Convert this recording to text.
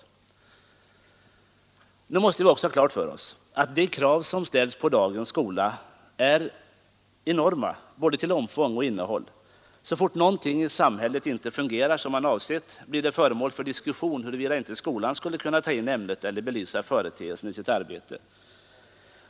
Nu måste vi också ha klart för oss att de krav som ställs på dagens skola är enorma både till omfång och innehåll. Så fort något i samhället inte fungerar som man avsett blir det föremål för diskussion huruvida inte skolan skulle kunna ta in ämnet eller belysa företeelsen i sitt arbete.